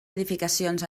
edificacions